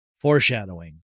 foreshadowing